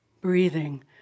breathing